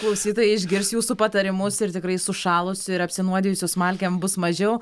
klausytojai išgirs jūsų patarimus ir tikrai sušalusių ir apsinuodijusių smalkėm bus mažiau